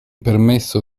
permesso